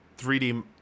3D